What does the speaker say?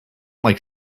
like